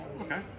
Okay